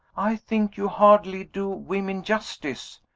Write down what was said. i think you hardly do women justice,